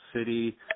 city